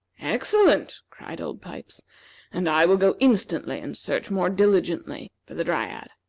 excellent! cried old pipes and i will go instantly and search more diligently for the dryad.